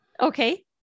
Okay